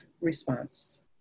response